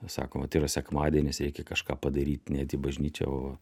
sako vat yra sekmadienis reikia kažką padaryt neit į bažnyčią o